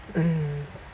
mm